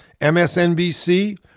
MSNBC